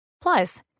Plus